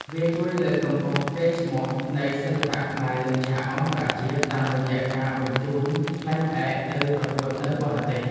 វាជួយលើកកម្ពស់កេរ្តិ៍ឈ្មោះនៃសិល្បៈខ្មែរលើឆាកអន្តរជាតិ តាមរយៈការបញ្ជូនខ្លែងឯកទៅប្រកួតនៅបរទេស។